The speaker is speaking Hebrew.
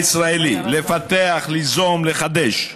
הישראלי, לפתח, ליזום, לחדש.